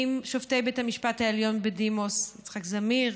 עם שופטי בית המשפט העליון בדימוס יצחק זמיר